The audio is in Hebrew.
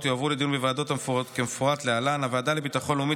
יועברו לוועדות כמפורט להלן: הוועדה לביטחון לאומי